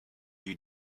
you